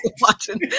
watching